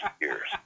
years